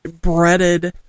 breaded